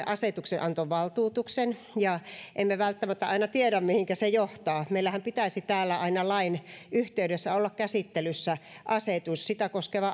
asetuksenantovaltuutuksen ja emme välttämättä aina tiedä mihinkä se johtaa meillähän pitäisi täällä aina lain yhteydessä olla käsittelyssä sitä koskeva